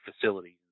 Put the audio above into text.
facilities